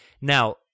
Now